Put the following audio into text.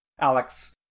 Alex